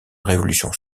révolution